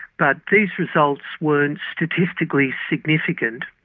but these results weren't statistically significant,